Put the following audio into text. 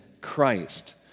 Christ